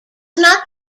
not